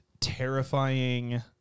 terrifying